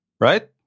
Right